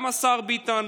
גם השר ביטן,